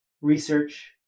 research